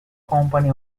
company